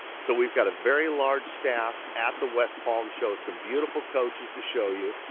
so we've got a very large staff at the west palm show, some beautiful coaches to show you,